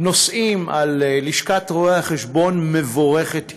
הנושאים על לשכת רואי-החשבון, מבורך הוא